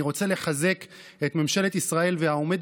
אני רוצה לחזק את ממשלת ישראל ואת העומד